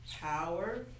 power